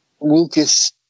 Lucas